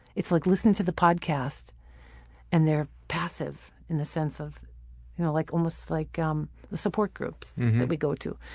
it's like listen to the podcast and they're passive, in the sense of you know like almost like um support groups that we go to.